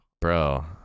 bro